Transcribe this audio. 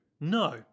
No